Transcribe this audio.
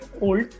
old